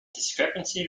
discrepancy